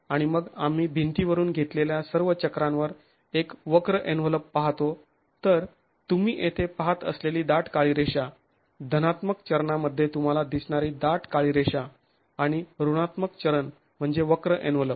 आणि मग आम्ही भिंतीवरून घेतलेल्या सर्व चक्रांवर एक वक्र एन्व्हलप पाहतो तर तुम्ही येथे पाहत असलेली दाट काळी रेषा धनात्मक चरणांमध्ये तुम्हाला दिसणारी दाट काळी रेषा आणि ऋणात्मक चरण म्हणजे वक्र एन्व्हलप